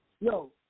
yo